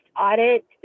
audit